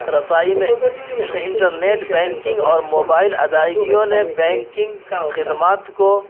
رسائی میں internet banking اور موبائل ادائیگیوں نے بینکنگ خدمات کو